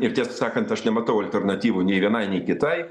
ir tiesą sakant aš nematau alternatyvų nei vienai nei kitai